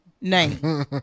name